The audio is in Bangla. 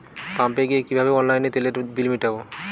পাম্পে গিয়ে কিভাবে অনলাইনে তেলের বিল মিটাব?